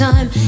Time